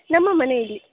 ನಮ್ಮ ಮನೆಯಲ್ಲಿ